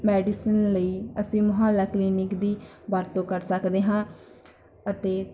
medicine ਲਈ ਅਸੀਂ Mohalla clinic ਦੀ ਵਰਤੋਂ ਕਰ ਸਕਦੇ ਹਾਂ ਅਤੇ